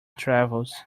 travels